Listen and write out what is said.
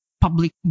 public